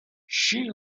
she